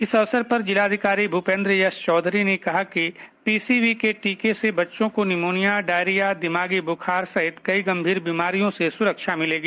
इस अवसर पर जिलाधिकारी भूपेंद्र एस चौधरी ने कहा कि पीसीवी टीके से बच्चों को निमोनिया डायरिया दिमागी बुखार सहित कई गंभीर बीमारियों से सुरक्षा मिलेगी